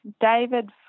David